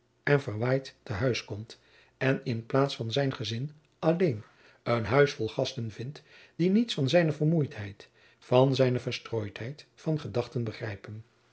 en verwaaid te huis komt en in plaats van zijn gezin alleen een jacob van lennep de pleegzoon huis vol gasten vindt die niets van zijne vermoeidheid van zijne verstrooidheid van gedachten begrijpen